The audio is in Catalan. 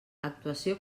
actuació